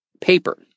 paper